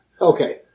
Okay